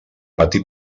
pati